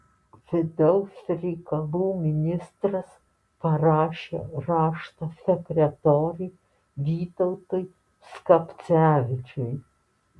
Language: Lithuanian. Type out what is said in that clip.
vidaus reikalų ministras parašė raštą sekretoriui vytautui skapcevičiui